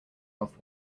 off